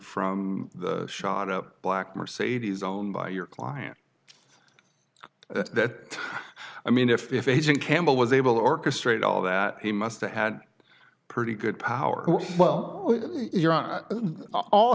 from the shot up black mercedes own by your client that i mean if agent campbell was able to orchestrate all that he must have had pretty good power well